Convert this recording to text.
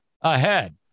ahead